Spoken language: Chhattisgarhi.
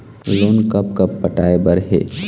लोन कब कब पटाए बर हे?